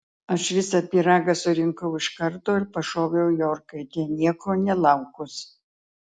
aš visą pyragą surinkau iš karto ir pašoviau į orkaitę nieko nelaukus